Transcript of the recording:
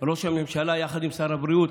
וראש הממשלה יחד עם שר הבריאות,